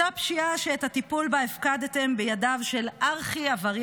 אותה פשיעה שאת הטיפול בה הפקדתם בידיו של ארכי-עבריין,